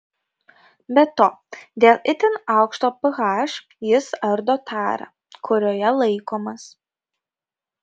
be to dėl itin aukšto ph jis ardo tarą kurioje laikomas